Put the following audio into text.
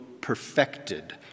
perfected